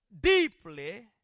deeply